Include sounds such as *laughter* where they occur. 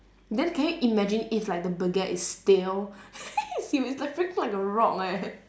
then can you imagine if like the baguette is stale *laughs* like basically like a rock leh